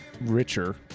richer